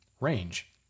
range